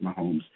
Mahomes